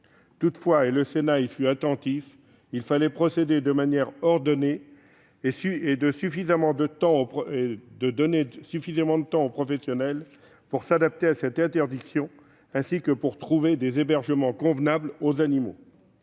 Toutefois, et le Sénat y fut attentif, il fallait procéder de manière ordonnée et laisser suffisamment de temps aux professionnels pour s'adapter à cette interdiction et pour trouver des hébergements convenables aux animaux.